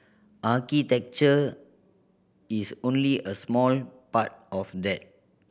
architecture is only a small part of that